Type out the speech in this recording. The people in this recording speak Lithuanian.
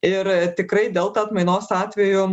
ir tikrai delta atmainos atveju